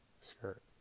skirt